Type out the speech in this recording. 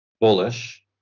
bullish